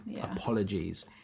apologies